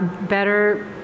better